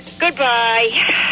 Goodbye